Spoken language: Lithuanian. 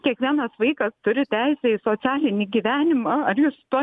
kiekvienas vaikas turi teisę į socialinį gyvenimą ar jūs su tuo